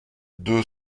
deux